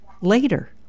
later